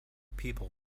people